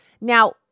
Now